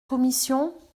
commission